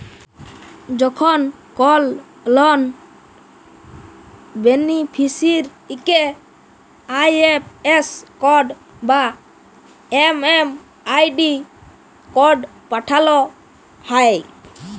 যখন কল লন বেনিফিসিরইকে আই.এফ.এস কড বা এম.এম.আই.ডি কড পাঠাল হ্যয়